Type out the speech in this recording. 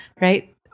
Right